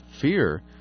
fear